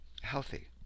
healthy